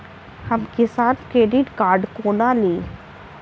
हम किसान credit card कोना ली?